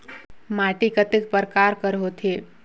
माटी कतेक परकार कर होथे?